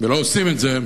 ולא עושים את זה,